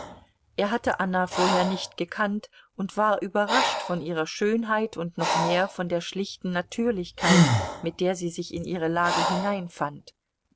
er hatte anna vorher nicht gekannt und war überrascht von ihrer schönheit und noch mehr von der schlichten natürlichkeit mit der sie sich in ihre lage